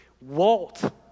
Walt